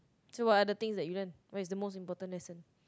so what other thing that you learn what is the most important lesson